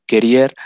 career